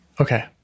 Okay